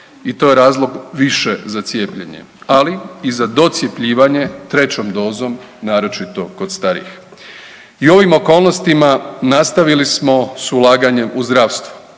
i to je razlog više za cijepljenje, ali i za docjepljivanje 3. dozom, naročito kod starijih. I u ovim okolnostima, nastavili smo s ulaganjem u zdravstvo,